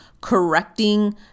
correcting